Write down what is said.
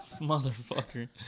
Motherfucker